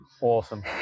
Awesome